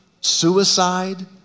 suicide